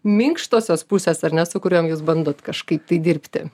minkštosios pusės ar ne su kuriom jūs bandot kažkaip tai dirbti